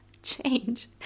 change